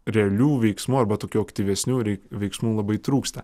realių veiksmų arba tokių aktyvesnių veiksmų labai trūksta